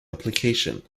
application